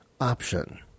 option